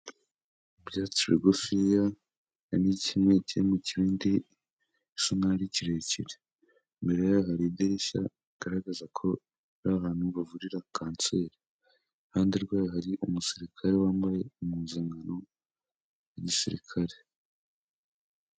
Ibyatsi bigufi iya harimo kimwe kiri mukindi bisa nkaho arikirekire mbere ya hari idirishya rigaragaza ko ari abantu bavurira kanseri iruhande rwayo hari umusirikare wambaye impuzankano ya gisirikare.